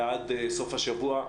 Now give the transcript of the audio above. ועד סוף השבוע,